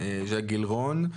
ג'ק גילרון.